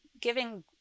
giving